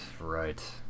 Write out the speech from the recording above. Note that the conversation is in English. right